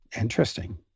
Interesting